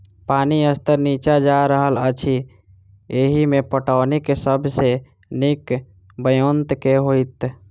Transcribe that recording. पानि स्तर नीचा जा रहल अछि, एहिमे पटौनीक सब सऽ नीक ब्योंत केँ होइत?